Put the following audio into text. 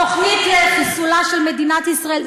תוכנית לחיסולה של מדינת ישראל.